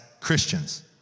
Christians